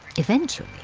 eventually,